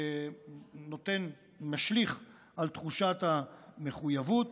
משליך על תחושת המחויבות.